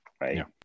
right